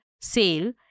sale